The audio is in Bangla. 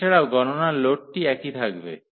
এছাড়াও গণনার লোডটি একই থাকবে